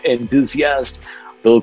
Enthusiast